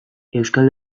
euskal